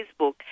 Facebook